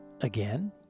Again